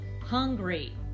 hungry